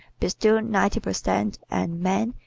bestows ninety per cent and man,